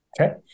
okay